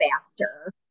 faster